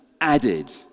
added